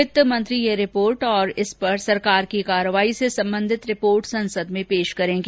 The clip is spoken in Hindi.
वित्तमंत्री यह रिपोर्ट और इस पर सरकार की कार्यवाई से संबंधित रिपोर्ट संसद में पेश करेंगी